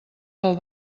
del